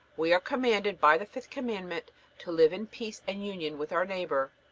we are commanded by the fifth commandment to live in peace and union with our neighbor,